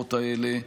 היצירות האלה.